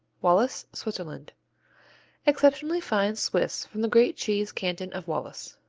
wallis, switzerland exceptionally fine swiss from the great cheese canton of wallis.